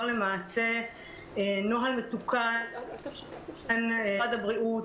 למעשה נוהל מתוקן של משרד הבריאות,